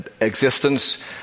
existence